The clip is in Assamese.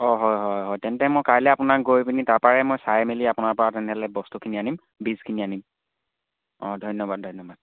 অঁ হয় হয় হয় তেন্তে মই কাইলে আপোনাক গৈ পিনি তাৰেপৰা মই চাই মেলি আপোনাৰ পৰা তেনেহ'লে বস্তুখিনি আনিম বীজখিনি আনিম অঁ ধন্যবাদ ধন্যবাদ